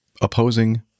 Opposing